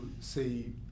see